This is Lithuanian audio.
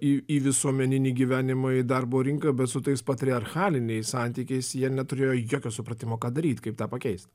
į į visuomeninį gyvenimą į darbo rinką bet su tais patriarchaliniais santykiais jie neturėjo jokio supratimo ką daryt kaip tą pakeist